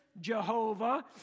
Jehovah